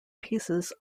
pieces